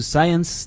Science